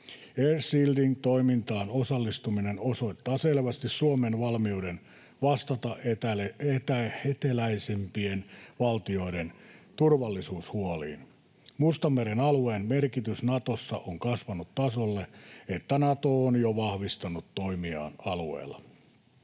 Air shielding ‑toimintaan osallistuminen osoittaa selvästi Suomen valmiuden vastata eteläisimpien valtioiden turvallisuushuoliin. Mustanmeren alueen merkitys Natossa on kasvanut sille tasolle, että Nato on jo vahvistanut toimiaan alueella.